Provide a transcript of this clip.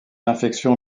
infection